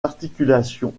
articulations